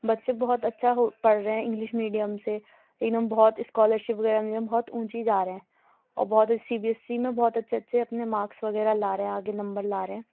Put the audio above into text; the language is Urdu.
بچے بہت اچھا ہو پڑھ رہے ہیں انگلش میڈیم سے ایک دم بہت اسکالر شپ وغیرہ ملیں بہت اونچی جارہے ہیں اور بہت سی بی ایس سی میں بہت اچھے اچھے اپنے مارکس وغیرہ لا رہے ہیں آگے نمبر لا رہے ہیں